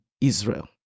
Israel